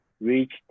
Reach